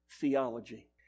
theology